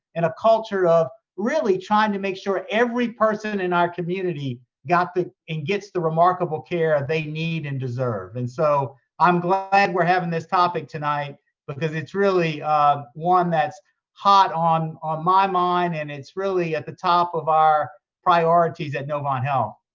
and a culture of really trying to make sure every person in our community got the and gets the remarkable care they need and deserve. and so i'm glad we're having this topic tonight because it's really one that's hot on on my mind. and it's really at the top of our priorities at novant health.